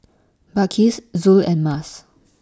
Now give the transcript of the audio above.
Balqis Zul and Mas